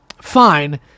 fine